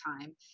time